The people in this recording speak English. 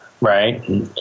right